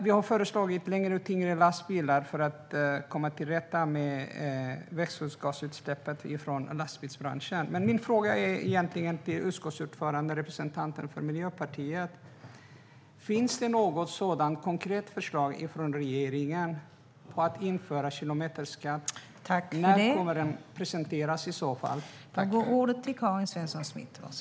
Vi har föreslagit längre och tyngre lastbilar för att man ska komma till rätta med växthusgasutsläppen från lastbilsbranschen. Men min fråga till utskottsordföranden och representanten för Miljöpartiet är: Finns det något konkret förslag från regeringen om att införa kilometerskatt? När kommer det i så fall att presenteras?